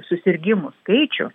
susirgimų skaičių